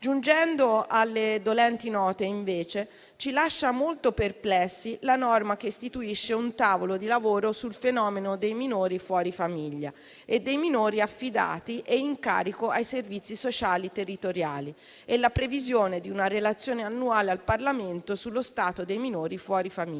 Giungendo alle dolenti note, invece, ci lascia molto perplessi la norma che istituisce un tavolo di lavoro sul fenomeno dei minori fuori famiglia e dei minori affidati e in carico ai servizi sociali territoriali e la previsione di una relazione annuale al Parlamento sullo stato dei minori fuori famiglia.